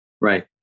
Right